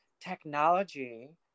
technology